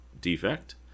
defect